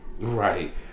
Right